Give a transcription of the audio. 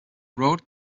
road